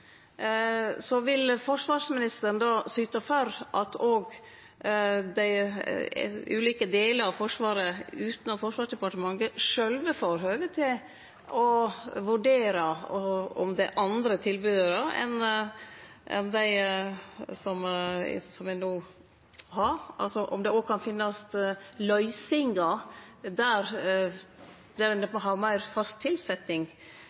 Så vil forsvarsministeren då syte for at dei ulike delane av Forsvaret utanom Forsvarsdepartementet sjølve får høve til å vurdere om det er andre tilbod enn dei som ein no har, altså om det òg kan finnast løysingar der ein får ha meir fast tilsetjing enn det ein